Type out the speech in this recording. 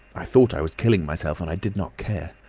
i thought i was killing myself and i did not care.